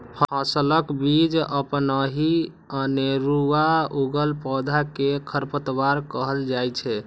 फसलक बीच अपनहि अनेरुआ उगल पौधा कें खरपतवार कहल जाइ छै